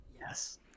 Yes